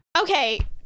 okay